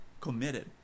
committed